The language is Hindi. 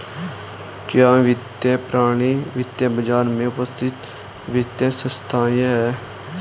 क्या वित्तीय प्रणाली वित्तीय बाजार में उपस्थित वित्तीय संस्थाएं है?